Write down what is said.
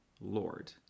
Lord